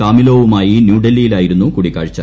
കാമിലോവുമായി ന്യൂഡൽഹിയിലായിരുന്നു കൂടിക്കാഴ്ച